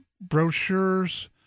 brochures